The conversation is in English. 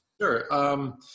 Sure